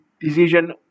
decision